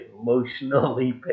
emotionally